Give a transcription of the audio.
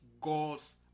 God's